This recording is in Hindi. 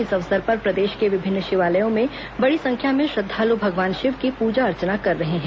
इस अवसर पर प्रदेश के विभिन्न शिवालयों में बड़ी संख्या में श्रद्वालु भगवान शिव की पूजा अर्चना कर रहे हैं